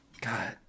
god